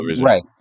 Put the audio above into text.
Right